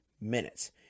minutes